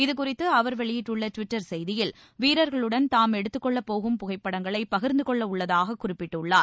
இதுகறித்து அவர் வெளியிட்டுள்ள டுவிட்டர் செய்தியில் வீரர்களுடன் தாம் எடுத்துக்கொள்ளும் புகைப்படங்களை பகிர்ந்து கொள்ள உள்ளதாக குறிப்பிட்டுள்ளார்